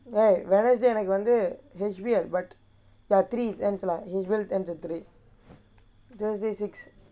where wednesday எனக்கு வந்து:enakku vanthu H_B_L ya three it ends right H_B_L ten to three thursday six